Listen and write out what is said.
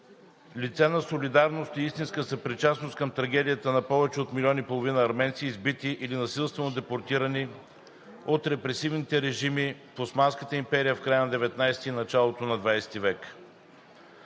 Лице на солидарност и истинска съпричастност към трагедията на повече от милион и половина арменци, избити или насилствено депортирани от репресивните режими в Османската империя в края на ХIХ и началото на ХХ век.